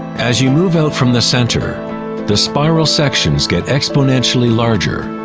as you move out from the center the spiral sections get exponentially larger.